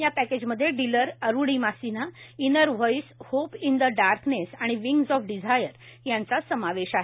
या पॅकेजमधे डिलर Arunima Sinha inner voice hope in the darkness आणि विंग्स ऑफ डिजायर यांचा समावेश आहे